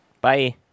Bye